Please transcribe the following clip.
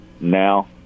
now